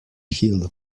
hill